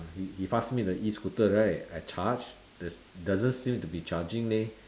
he he pass me the E scooter right I charge there's doesn't seem to be charging leh